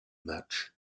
match